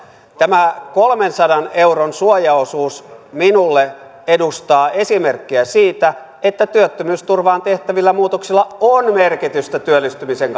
tämä kolmensadan euron suojaosuus edustaa minulle esimerkkiä siitä että työttömyysturvaan tehtävillä muutoksilla on merkitystä työllistymisen